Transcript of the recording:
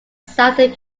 southern